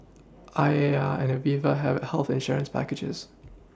I A R and Aviva have health insurance packages